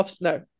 no